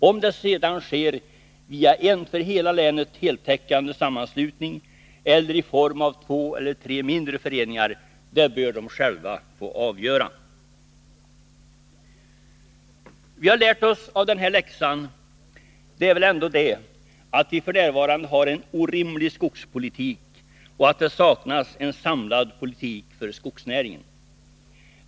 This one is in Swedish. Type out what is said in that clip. Om det sedan skall ske via en för hela länet heltäckande sammanslutning eller i form av två eller tre mindre föreningar bör de själva få avgöra. Vad vi har lärt oss av den här läxan är väl ändå det, att vi f. n. har en orimlig skogspolitik och att det saknas en samlad politik för skogsnäringen.